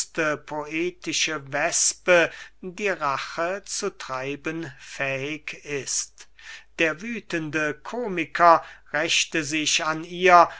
poetische wespe die rache zu treiben fähig ist der wüthende komiker rächte sich an ihr